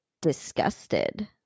disgusted